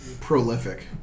prolific